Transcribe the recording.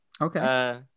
Okay